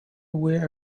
aware